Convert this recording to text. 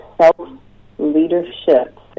self-leadership